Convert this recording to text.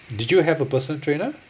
did you have a personal trainer